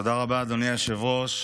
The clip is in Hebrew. תודה רבה, אדוני היושב-ראש.